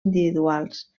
individuals